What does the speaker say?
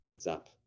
zap